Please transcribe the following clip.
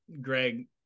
Greg